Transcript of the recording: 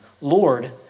Lord